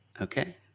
Okay